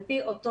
על פי אותו